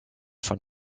von